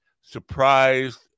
surprised